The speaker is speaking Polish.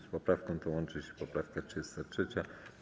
Z poprawką tą łączy się poprawka 33.